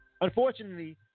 Unfortunately